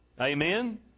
Amen